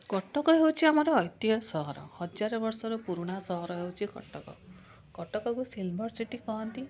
କଟକ ହେଉଛି ଆମର ଐତିହ ସହର ହଜାର ବର୍ଷର ପୁରୁଣା ସହର ହେଉଛି କଟକ କଟକକୁ ସିଲଭର ସିଟି କୁହନ୍ତି